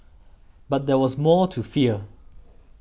but there was more to fear